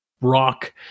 rock